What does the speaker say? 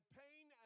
pain